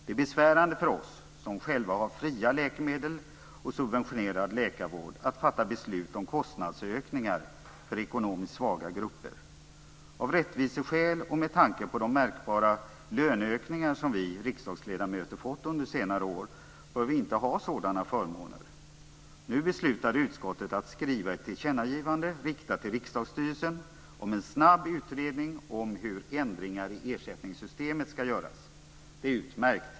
Det är besvärande för oss som själva har fria läkemedel och subventionerad läkarvård att fatta beslut om kostnadsökningar för ekonomiskt svaga grupper. Av rättviseskäl och med tanke på de märkbara löneökningar som vi riksdagsledamöter har fått under senare år bör vi inte ha sådana förmåner. Nu beslutade utskottet att skriva ett tillkännagivande riktat till riksdagsstyrelsen om en snabb utredning om hur ändringar i ersättningssystemet ska göras. Det är utmärkt.